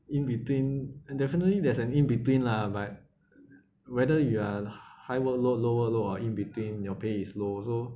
in between and definitely there's an in between lah but whether you are high workload low workload or in between your pay is low also